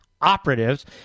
operatives